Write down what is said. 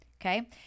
okay